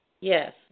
Yes